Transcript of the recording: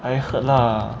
I heard lah